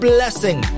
Blessing